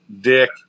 Dick